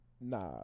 Nah